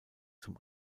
zum